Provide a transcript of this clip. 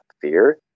fear